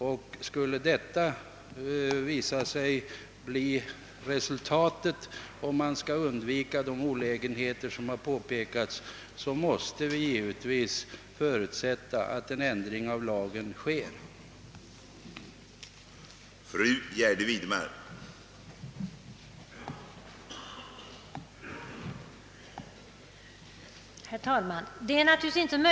Om detta skulle visa sig bli resultatet, måste vi givetvis förutsätta att en ändring av lagen kommer till stånd.